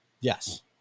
Yes